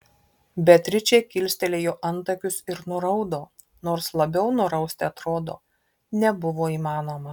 beatričė kilstelėjo antakius ir nuraudo nors labiau nurausti atrodo nebuvo įmanoma